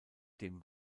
dem